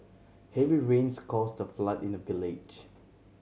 heavy rains caused a flood in the village